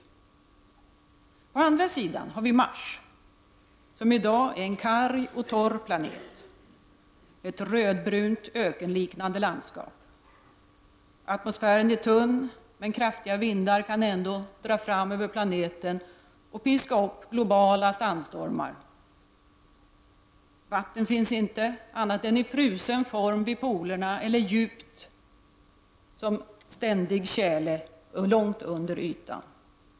På andra sidan har vi Mars, som i dag är en karg och torr planet med ett rödbrunt ökenliknande landskap. Atmosfären är tunn, men kraftiga vindar drar fram över ytan och kan lätt piska upp globala sandstormar. Vatten finns bara i frusen form vid polerna eller som ständig tjäle långt under ytan.